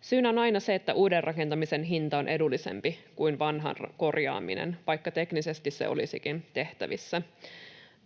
Syynä on aina se, että uuden rakentamisen hinta on edullisempi kuin vanhan korjaaminen, vaikka teknisesti se olisikin tehtävissä.